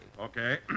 Okay